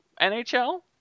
NHL